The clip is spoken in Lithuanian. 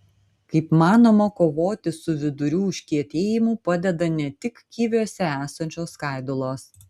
kaip manoma kovoti su vidurių užkietėjimu padeda ne tik kiviuose esančios skaidulos